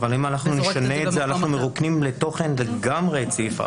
אבל אז אנחנו לגמרי מרוקנים את הסעיף מתוכן.